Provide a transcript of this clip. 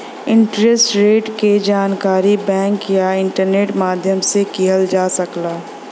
interest rate क जानकारी bank या इंटरनेट माध्यम से लिहल जा सकला